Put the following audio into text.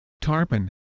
tarpon